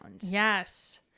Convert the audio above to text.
Yes